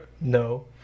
No